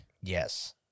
Yes